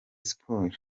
sport